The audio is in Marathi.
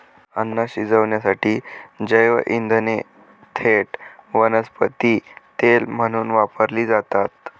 अन्न शिजवण्यासाठी जैवइंधने थेट वनस्पती तेल म्हणून वापरली जातात